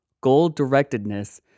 goal-directedness